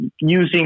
using